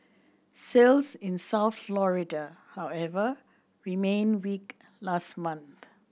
sales in South Florida however remained weak last month